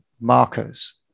markers